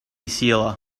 sealer